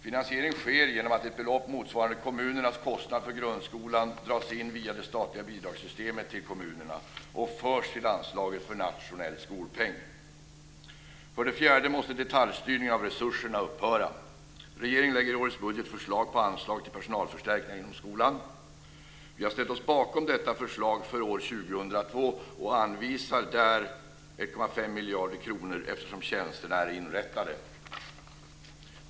Finansiering sker genom att ett belopp motsvarande kommunernas kostnader för grundskolan dras in via det statliga bidragssystemet till kommunerna och förs till anslaget för nationell skolpeng. För det fjärde måste detaljstyrningen av resurserna upphöra. Regeringen lägger i årets budget fram förslag om anslag till personalförstärkningar inom skolan. Vi har ställt oss bakom detta förslag för år 2002 och anvisar där 1,5 miljarder kronor, eftersom tjänsterna är inrättade.